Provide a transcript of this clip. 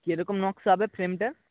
কীরকম নকশা হবে ফ্রেমটা